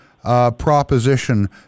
proposition